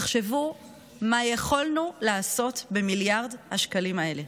תחשבו מה יכולנו לעשות במיליארד השקלים האלה.